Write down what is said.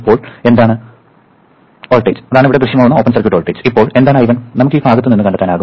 ഇപ്പോൾ എന്താണ് I1 നമുക്ക് ഈ ഭാഗത്ത് നിന്ന് കണ്ടെത്താനാകും